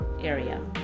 area